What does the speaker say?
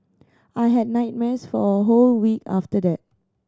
I had nightmares for a whole week after that